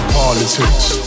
politics